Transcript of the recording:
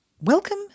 Welcome